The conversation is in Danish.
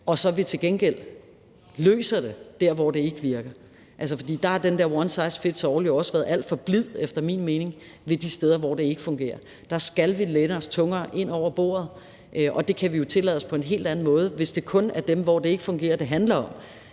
og at vi så til gengæld løser det der, hvor det ikke virker. Kl. 17:43 For der har den der one size fits all-model jo også efter min mening været alt for blid ved de steder, hvor det ikke fungerer. Der skal vi læne os tungere ind over bordet, og det kan vi tillade os på en helt anden måde, hvis det kun er dem, som det ikke fungerer for, det handler om,